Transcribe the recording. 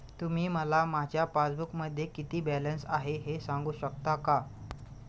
तुम्ही मला माझ्या पासबूकमध्ये किती बॅलन्स आहे हे सांगू शकता का?